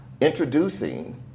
Introducing